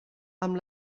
amb